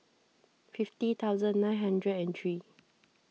fifty thousand nine hundred and three